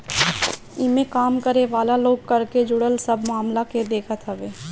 इमें काम करे वाला लोग कर से जुड़ल सब मामला के देखत हवे